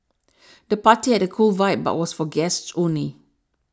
the party had a cool vibe but was for guests only